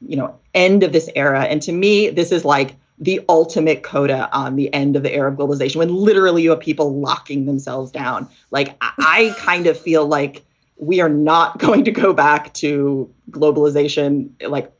you know, end of this era. and to me, this is like the ultimate coda on the end of the arab globalization, when literally you people locking themselves down like i kind of feel like we are not going to go back to globalization like